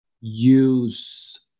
use